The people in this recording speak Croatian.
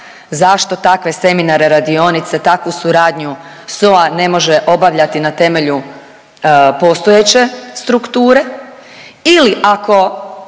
Zašto takve seminare, radionice, takvu suradnju SOA ne može obavljati na temelju postojeće strukture ili ako